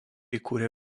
įkūrė